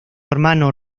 hermano